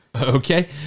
Okay